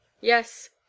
Yes